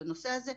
את הנושא הזה.